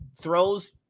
throws